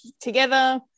together